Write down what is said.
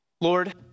Lord